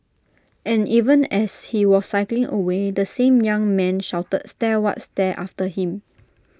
and even as he was cycling away the same young man shouted stare what stare after him